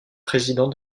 président